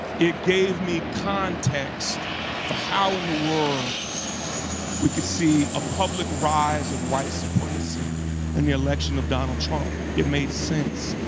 it gave me context for how in the world we could see a public rise of white supremacy in the election of donald trump, it made sense.